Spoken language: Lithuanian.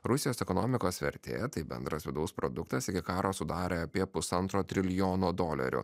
rusijos ekonomikos vertė tai bendras vidaus produktas iki karo sudarė apie pusantro trilijono dolerių